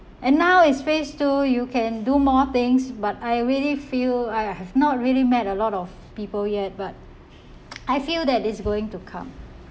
and now it's phase two you can do more things but I really feel I have not really met a lot of people yet but I feel that it's going to come